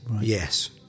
yes